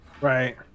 Right